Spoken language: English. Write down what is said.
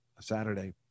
Saturday